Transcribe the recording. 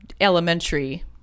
elementary